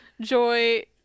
joy